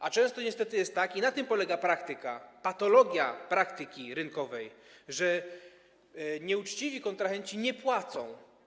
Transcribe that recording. A często niestety jest tak, i na tym polega praktyka, patologia w praktyce rynkowej, że nieuczciwi kontrahenci nie płacą.